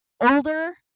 older